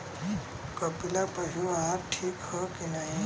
कपिला पशु आहार ठीक ह कि नाही?